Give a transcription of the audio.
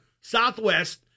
southwest